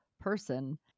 person